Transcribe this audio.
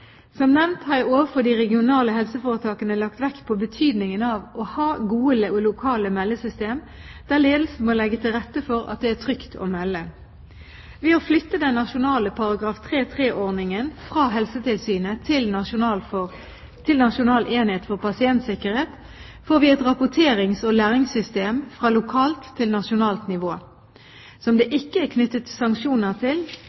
Som nevnt har jeg overfor de regionale helseforetakene lagt vekt på betydningen av å ha gode lokale meldesystemer der ledelsen må legge til rette for at det er trygt å melde. Ved å flytte den nasjonale § 3-3-ordningen fra Helsetilsynet til Nasjonal enhet for pasientsikkerhet får vi et rapporterings- og læringssystem fra lokalt til nasjonalt nivå som det ikke er knyttet sanksjoner til,